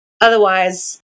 Otherwise